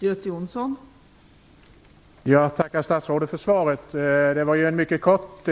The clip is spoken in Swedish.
Fru talman! Jag tackar statsrådet för svaret. Det var mycket kort.